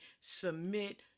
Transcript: Submit